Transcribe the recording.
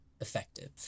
effective